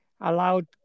allowed